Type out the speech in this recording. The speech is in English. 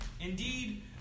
Indeed